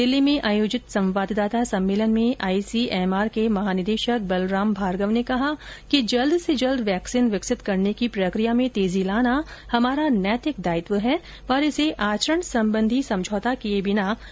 दिल्ली में आयोजित संवाददाता सम्मेलन में आईसीएमआर के महानिदेशक बलराम भार्गव ने कहा कि जल्द से जल्द वैक्सीन विकसित करने की प्रक्रिया में तेजी लाना हमारा नैतिक दायित्व है पर इसे आचरण संबंधी समझौता किए बिना पूरा किया जाएगा